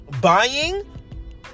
buying